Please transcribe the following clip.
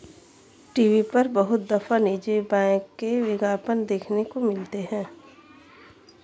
TV पर बहुत दफा निजी बैंक के विज्ञापन देखने को मिलते हैं